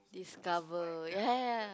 discover ya